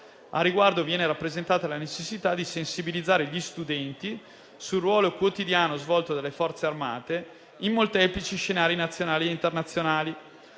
Al riguardo viene rappresentata la necessità di sensibilizzare gli studenti sul ruolo quotidiano svolto dalle Forze armate in molteplici scenari nazionali e internazionali,